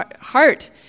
heart